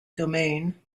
domain